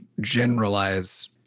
generalize